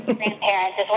grandparents